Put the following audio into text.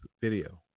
video